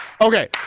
okay